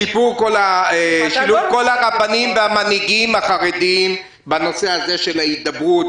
שילוב כל הרבנים והמנהיגים החרדיים בנושא הזה של ההידברות,